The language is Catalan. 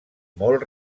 molt